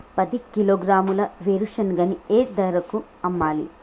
పది కిలోగ్రాముల వేరుశనగని ఏ ధరకు అమ్మాలి?